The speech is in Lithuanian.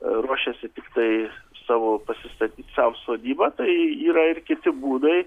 ruošiasi tiktai savo pasistatyt sau sodybą tai yra ir kiti būdai